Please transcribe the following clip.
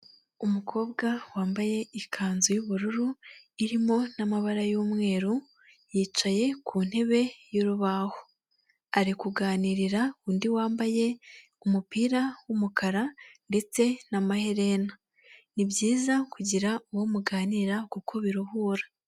Umukobwa wambaye ikanzu y'ubururu irimo n'amabara y'umweru, yicaye ku ntebe y'urubaho, ari kuganirira undi wambaye umupira w'umukara ndetse na maherena, ni byiza kugira uwo muganira kuko biruhura.